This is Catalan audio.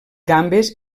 gambes